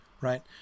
right